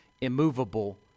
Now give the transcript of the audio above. immovable